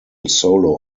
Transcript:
solo